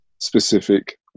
specific